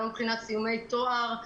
לא מבחינת סיומי תואר.